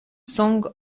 song